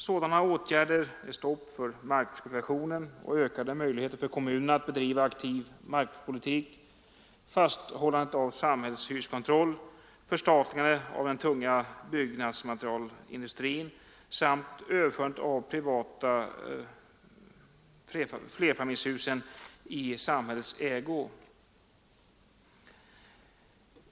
Sådana åtgärder innebär ett stopp för markspekulation och ökade möjligheter för kommunerna att bedriva en aktiv markpolitik, fasthållande av samhällets hyreskontroll, förstatligande av den tunga byggnadsmaterialindustrin samt överförande av de privata flerfamiljshusen i samhällets ägo.